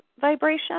vibration